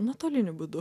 nuotoliniu būdu